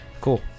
cool